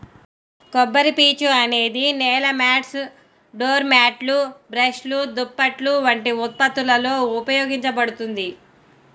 కొబ్బరిపీచు అనేది నేల మాట్స్, డోర్ మ్యాట్లు, బ్రష్లు, దుప్పట్లు వంటి ఉత్పత్తులలో ఉపయోగించబడుతుంది